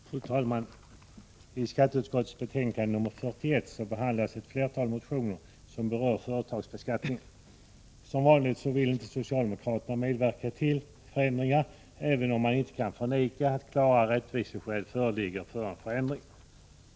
Fru talman! I skatteutskottets betänkande nr 41 behandlas ett flertal motioner som berör företagsbeskattningen. Som vanligt vill socialdemokraterna inte medverka till förändringar, trots att klara rättviseskäl onekligen talar för en förändring.